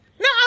No